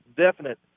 definite